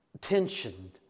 tension